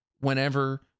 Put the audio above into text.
whenever